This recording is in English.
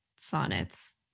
sonnets